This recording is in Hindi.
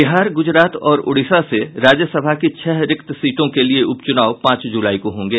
बिहार गूजरात और ओडिशा से राज्यसभा की छह रिक्त सीटों के लिए उपच्नाव पांच जुलाई को होंगे